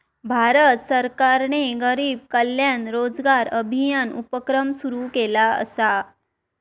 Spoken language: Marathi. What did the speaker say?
भारत सरकारने गरीब कल्याण रोजगार अभियान उपक्रम सुरू केला असा